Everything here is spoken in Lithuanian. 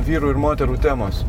vyrų ir moterų temos